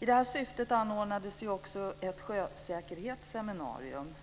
I detta syfte anordnades ett sjösäkerhetsseminarium